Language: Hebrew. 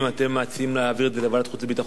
אתם מציעים להעביר את זה לוועדת החוץ והביטחון?